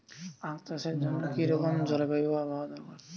আখ চাষের জন্য কি রকম জলবায়ু ও আবহাওয়া দরকার?